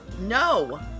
no